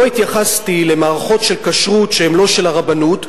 לא התייחסתי למערכות של כשרות שהן לא של הרבנות,